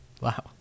wow